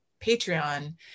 Patreon